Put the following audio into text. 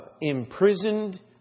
imprisoned